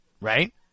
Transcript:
Right